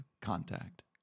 contact